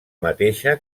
mateixa